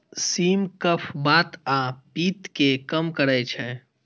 सिम कफ, बात आ पित्त कें कम करै छै